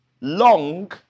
long